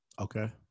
Okay